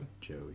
Joey